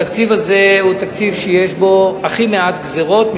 התקציב הזה הוא תקציב שיש בו הכי מעט גזירות,